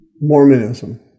Mormonism